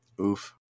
Oof